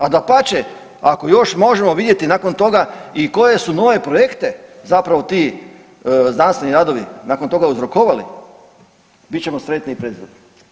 A dapače ako još možemo vidjeti nakon toga i koje su nove projekte zapravo ti znanstveni radovi nakon toga uzrokovali bit ćemo sretni i presretni.